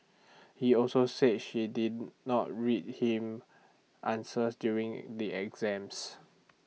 he also said she did not read him answers during the exams